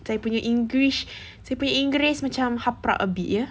saya punya your english saya punya english macam haprak a bit ya